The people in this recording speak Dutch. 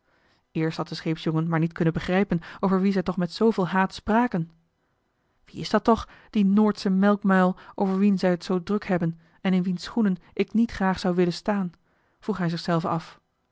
eerst had de scheepsjongen maar niet kunnen begrijpen over wien zij toch met zooveel haat spraken wie is dat toch die noordsche melkmuil over wien zij het zoo druk hebben en in wiens schoenen ik niet graag zou willen staan vroeg hij zichzelven af